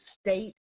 state